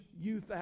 youth